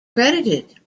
credited